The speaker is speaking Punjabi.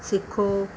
ਸਿੱਖੋ